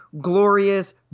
glorious